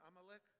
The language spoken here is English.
Amalek